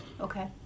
Okay